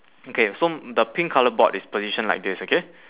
okay so the pink colour board is positioned like this okay